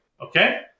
Okay